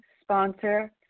sponsor